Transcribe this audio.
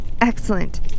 excellent